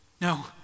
No